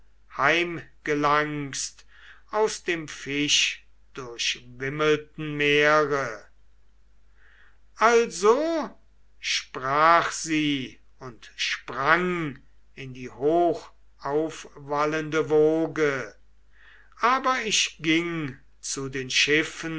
heimgelangst auf dem fischdurchwimmelten meere also sprach sie und sprang in die hochaufwallende woge aber ich ging zu den